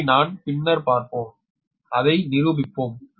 இதை நாம் பின்னர் பார்ப்போம் அதை நிரூபிப்போம்